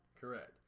Correct